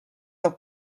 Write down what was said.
del